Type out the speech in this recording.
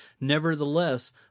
Nevertheless